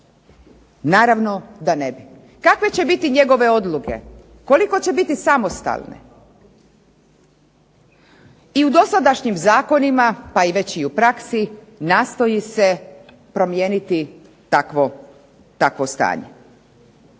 Naravno da ne bi. Kakve će biti njegove odluke? Koliko će biti samostalne? I u dosadašnjim zakonima pa već i u praksi nastoji se promijeniti takvo stanje.